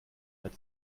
said